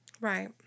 Right